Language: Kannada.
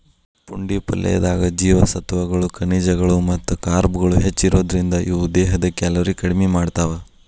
ಪುಂಡಿ ಪಲ್ಲೆದಾಗ ಜೇವಸತ್ವಗಳು, ಖನಿಜಗಳು ಮತ್ತ ಕಾರ್ಬ್ಗಳು ಹೆಚ್ಚಿರೋದ್ರಿಂದ, ಇವು ದೇಹದ ಕ್ಯಾಲೋರಿ ಕಡಿಮಿ ಮಾಡ್ತಾವ